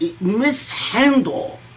mishandle